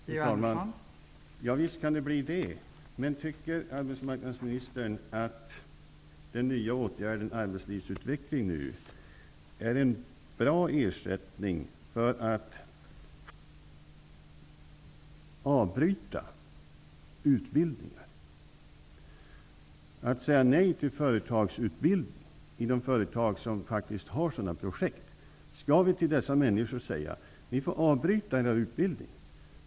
Fru talman! Visst kan det bli så. Men tycker arbetsmarknadsministern att den nya åtgärden arbetslivsutveckling är en bra ersättning för avbrutna utbildningar? Man säger nej till företagsutbildning inom företag som faktiskt har sådana projekt. Skall vi till dessa människor säga: Ni får avbryta er utbildning.